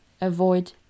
avoid